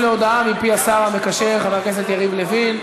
מפי השר המקשר, חבר הכנסת יריב לוין.